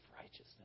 righteousness